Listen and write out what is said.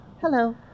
Hello